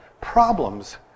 problems